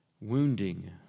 wounding